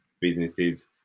businesses